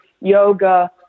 yoga